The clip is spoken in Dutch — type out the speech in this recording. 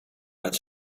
met